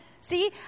See